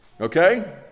Okay